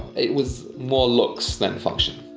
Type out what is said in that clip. it was more looks than function.